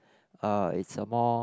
uh it's a more